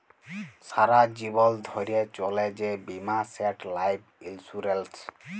সারা জীবল ধ্যইরে চলে যে বীমা সেট লাইফ ইলসুরেল্স